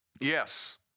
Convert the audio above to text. Yes